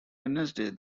wednesday